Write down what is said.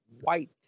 White